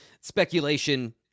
speculation